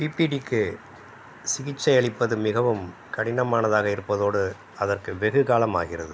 பிபிடிக்கு சிகிச்சை அளிப்பது மிகவும் கடினமானதாக இருப்பதோடு அதற்கு வெகு காலம் ஆகிறது